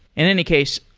in any case,